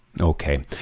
Okay